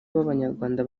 b’abanyarwanda